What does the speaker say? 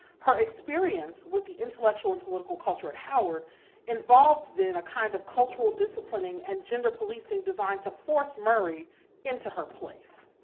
her experience with the intellectual and political culture at howard involved, then, a kind of cultural disciplining and gender policing designed to force murray into her place.